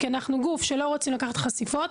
כי אנחנו גוף שלא רוצים לקחת חשיפות.